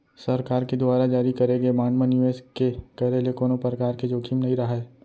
सरकार के दुवार जारी करे गे बांड म निवेस के करे ले कोनो परकार के जोखिम नइ राहय